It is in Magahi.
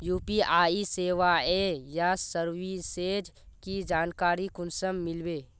यु.पी.आई सेवाएँ या सर्विसेज की जानकारी कुंसम मिलबे?